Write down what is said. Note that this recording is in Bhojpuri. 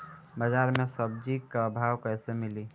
बाजार मे सब्जी क भाव कैसे मिली?